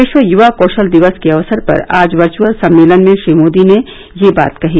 विश्व यूवा कौशल दिवस के अवसर पर आज वर्चअल सम्मेलन में श्री मोदी ने यह बात कही